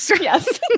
Yes